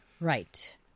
Right